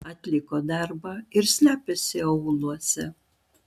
atliko darbą ir slepiasi aūluose